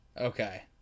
Okay